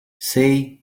say